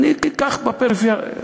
אני אקח בפריפריה,